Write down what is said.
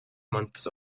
months